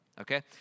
Okay